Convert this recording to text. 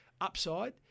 upside